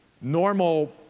normal